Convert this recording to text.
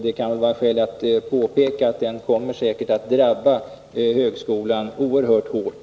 Det kan finnas skäl att påpeka att den säkerligen kommer att drabba högskolan oerhört hårt.